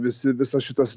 visi visa šitas